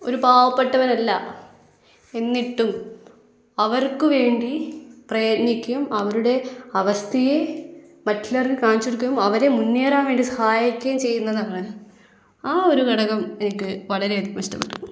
ഒരു പാവപ്പെട്ടവനല്ല എന്നിട്ടും അവർക്കു വേണ്ടി പ്രയത്നിക്കും അവരുടെ അവസ്ഥയെ മറ്റുള്ളവർക്ക് കാണിച്ചു കൊടുക്കുകയും അവരെ മുന്നേറാൻ വേണ്ടി സഹായിക്കുകയും ചെയ്യുന്നതാണ് ആ ഒരു ഘടകം എനിക്ക് വളരെ അധികം ഇഷ്ടപ്പെട്ടു